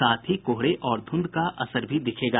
साथ ही कोहरे और धुंध का असर भी दिखेगा